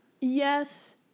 Yes